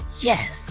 Yes